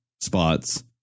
spots